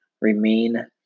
remain